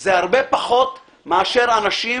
זה הרבה פחות מאשר האנשים